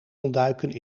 ontduiken